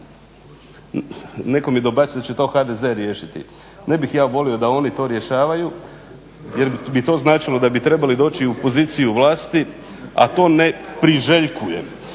netko mi dobacuje da će to HDZ riješiti. Ne bih ja volio da oni to rješavaju jer bi to značilo da bi trebali doći u poziciju vlasti, a to ne priželjkujem,